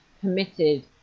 permitted